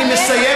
אני מסיים,